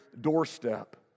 doorstep